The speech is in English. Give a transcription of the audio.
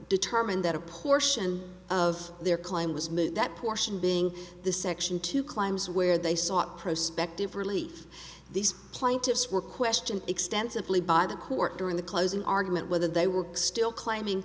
determined that a portion of their claim was moot that portion being the section two climes where they sought prospect of relief these plaintiffs were questioned extensively by the court during the closing argument whether they were still claiming